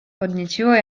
podnieciła